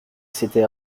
c’était